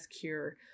cure